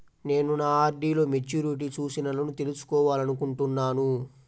నేను నా ఆర్.డీ లో మెచ్యూరిటీ సూచనలను తెలుసుకోవాలనుకుంటున్నాను